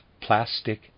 plastic